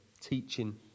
teaching